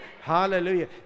Hallelujah